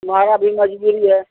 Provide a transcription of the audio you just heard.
तुम्हारा भी मजबूरी है